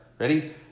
Ready